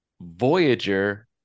Voyager